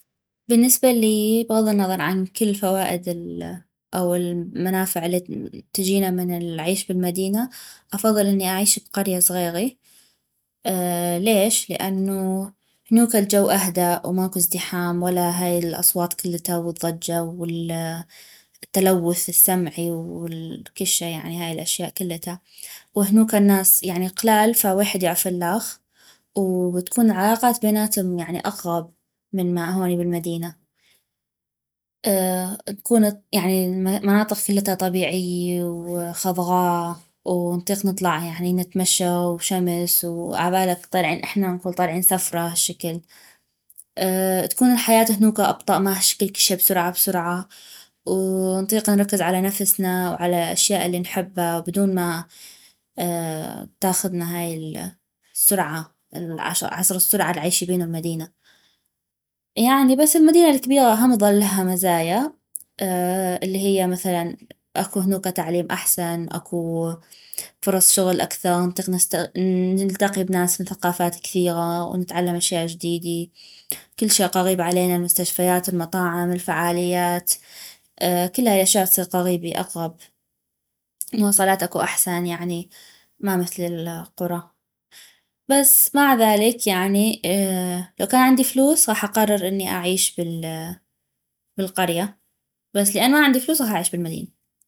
بالنسبة الي بغض النظر عن كل فوائد ال <> او المنافع العيش بالمدينة، افضل اني اعيش بقرية زغيغي <> ليش؟ لانو هنوك الجو اهدأ و ماكو ازدحام ولا هاي الأصوات كلتا والضجة وال<> التلوث السمعي والكشي يعني هاي الأشياء كلتا وهنوك الناس يعني قلال فويحد يعف الخ و<> تكون العلاقات بيناتم يعني اقغب من ما هوني بالمدينة <> تكون يعني المناطق كلتا طبيعي وخظغا نطيق نطلع يعني نتمشى وشمس عابلك، احنا نقول، طيلعين سفرة هشكل <> تكون الحياة هنوك أبطأ ما هشكل كل شي بسرعة بسرعة و<> نطيق نركز على نفسنا وعلى أشياء الي نحبه بدون ما <> تاخذنا هاي ال<> سرعة عصر السرعة الي عيشي بينو المدينة يعني بس المدينة الكبيغة هم اظل لها مزايا <> الي هي مثلاً اكو هنوك تعليم احسن اكو فرص شغل اكثغ نطيق نلتقي بناس من ثقافات كثيغة ونتعلم أشياء جديدي كل شي قغيب علينا المستشفيات المطاعم الفعاليات <> كل هاي الأشياء تصيغ قغيبي اقغب مواصلات اكو أحسن يعني ما مثل القرى بس مع ذلك يعني <> لو كان عندي فلوس غاح أقرر اني اعيش بال<> بالقرية بس لأن ما عندي فلوس غاح أعيش بالمدينة